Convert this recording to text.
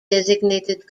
designated